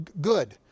good